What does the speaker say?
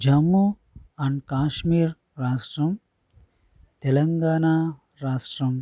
Jammu and Kashmir రాష్ట్రం తెలంగాణ రాష్ట్రం